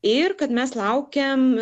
ir kad mes laukiam